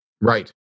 Right